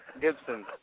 Gibson